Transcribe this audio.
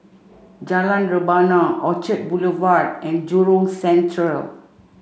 Jalan Rebana Orchard Boulevard and Jurong Central